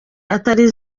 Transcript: atari